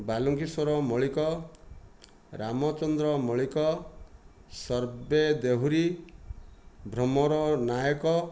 Balunkishwar Maulik Ramchandra Maulik Sarbe Dehuri Bhramar Nayak